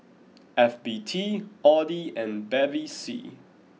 F B T Audi and Bevy C